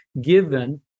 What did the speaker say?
given